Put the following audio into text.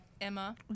Emma